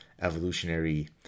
evolutionary